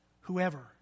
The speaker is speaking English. whoever